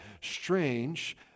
strange